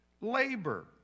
labor